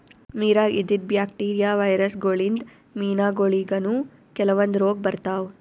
ನಿರಾಗ್ ಇದ್ದಿದ್ bacteria, virus ಗೋಳಿನ್ದ್ ಮೀನಾಗೋಳಿಗನೂ ಕೆಲವಂದ್ ರೋಗ್ ಬರ್ತಾವ್